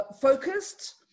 focused